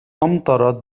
أمطرت